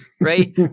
Right